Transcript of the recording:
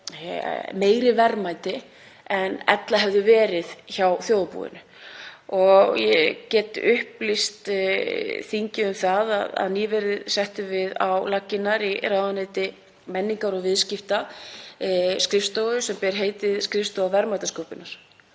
meiri verðmæti en ella hefði verið fyrir þjóðarbúið? Ég get upplýst þingið um að nýverið settum við á laggirnar í ráðuneyti menningar og viðskipta skrifstofu sem ber heitið skrifstofa verðmætasköpunar.